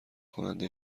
کننده